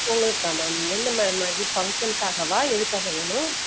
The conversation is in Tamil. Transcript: உங்களுக்கா மேம் எந்த மா மா இது ஃபங்க்ஷன்க்காகவா எதுக்காக வேணும்